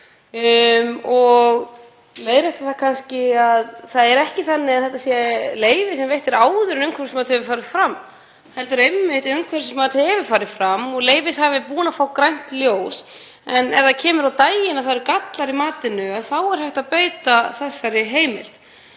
leiðrétta að það er ekki þannig að þetta leyfi sé veitt áður en umhverfismat hefur farið fram heldur einmitt þegar umhverfismat hefur farið fram og leyfishafi búinn að fá grænt ljós. En ef það kemur á daginn að það eru gallar í matinu er hægt að beita þessari heimild,